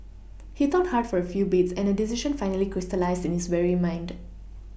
he thought hard for a few beats and a decision finally crystallised in his weary mind